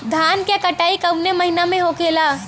धान क कटाई कवने महीना में होखेला?